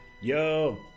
yo